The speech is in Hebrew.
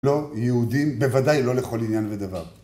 לא, יהודים בוודאי לא לכל עניין ודבר